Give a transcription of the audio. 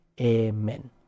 Amen